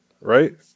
right